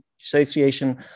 Association